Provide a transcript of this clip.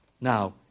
Now